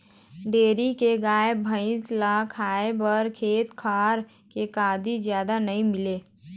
dairy के गाय, भइसी ल खाए बर खेत खार के कांदी जादा नइ मिलय